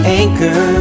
anchor